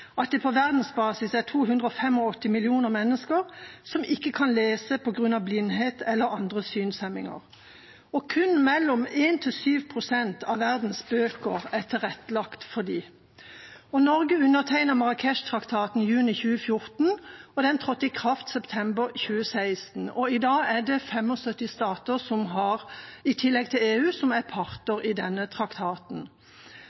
at det på verdensbasis er 285 millioner mennesker som ikke kan lese på grunn av blindhet eller andre synshemminger. Kun mellom 1 og 7 pst. av verdens bøker er tilrettelagt for dem. Norge undertegnet Marrakechtraktaten i juni 2014, og den trådte i kraft i september 2016. I dag er det 75 stater i tillegg til EU som er